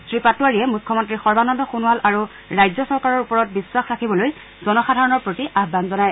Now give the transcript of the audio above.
শ্ৰীপাটোৱাৰীয়ে মুখ্যমন্তী সৰ্বানন্দ সোণোৱাল আৰু ৰাজ্য চৰকাৰৰ ওপৰত বিশ্বাস ৰাখিবলৈ জনসাধাৰণৰ প্ৰতি আহ্বান জনায়